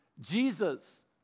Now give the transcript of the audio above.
Jesus